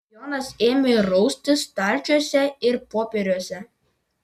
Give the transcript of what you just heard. jonas ėmė raustis stalčiuose ir popieriuose